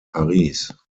paris